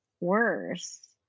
worse